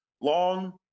Long